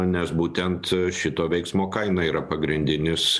nes būtent šito veiksmo kaina yra pagrindinis